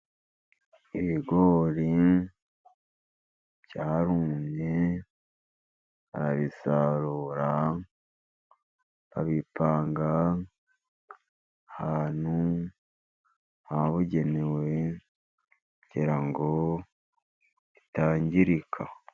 Ibigori byarumye, barabisarura, babipanga ahantu habugenewe, kugira ngo bitangirika.